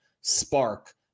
spark